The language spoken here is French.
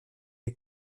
des